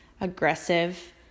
aggressive